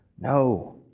No